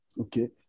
Okay